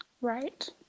right